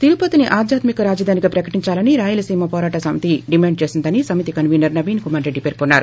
తిరుపతిని ఆధ్యాత్మిక రాజధానిగా ప్రకటించాలని రాయలసీమ పోరాట సమితి డిమాండ్ చేసిందని సమితి కన్వీనర్ నవీన్కుమార్రెడ్డి పేర్కొన్సారు